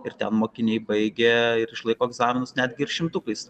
ir ten mokiniai baigę ir išlaiko egzaminus netgi ir šimtukais